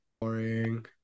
Boring